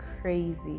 crazy